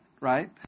right